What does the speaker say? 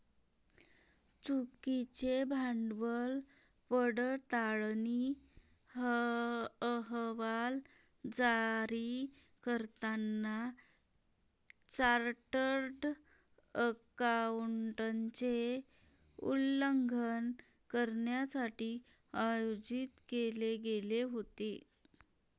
चुकीचे भांडवल पडताळणी अहवाल जारी करताना चार्टर्ड अकाउंटंटचे उल्लंघन करण्यासाठी आयोजित केले गेले होते